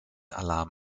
alarm